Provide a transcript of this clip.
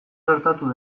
gertatu